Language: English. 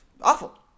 awful